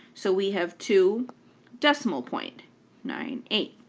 so we have two decimal point nine, eight.